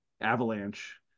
avalanche